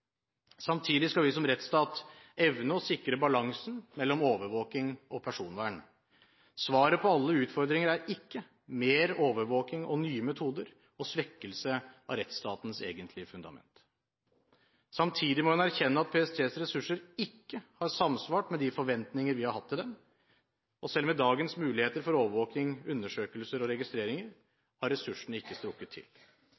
Samtidig skal vi som rettsstat evne å sikre en balanse mellom overvåking og personvern. Svaret på alle utfordringer er ikke mer overvåking og nye metoder og svekkelse av rettsstatens egentlige fundament. Samtidig må en erkjenne at PSTs ressurser ikke har samsvart med de forventninger vi har hatt til dem, og selv med dagens muligheter for overvåking, undersøkelser og